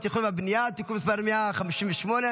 28 נגד.